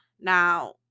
Now